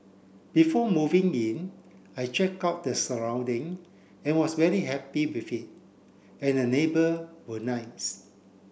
before moving in I checked out the surrounding and was very happy with it and the neighbour were nice